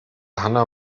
hanna